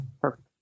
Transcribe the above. Perfect